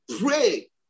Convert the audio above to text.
pray